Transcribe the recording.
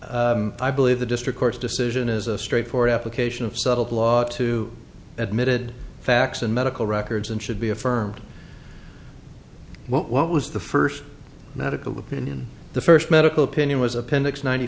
that i believe the district court's decision is a straightforward application of subtle law to admitted facts and medical records and should be affirmed what was the first medical opinion the first medical opinion was appendix ninety